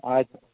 ಆಯಿತು